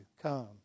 Come